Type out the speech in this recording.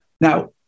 Now